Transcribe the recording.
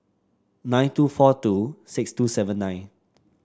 nine two four two six two seven nine